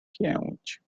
pięć